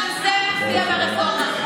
גם זה מופיע ברפורמה.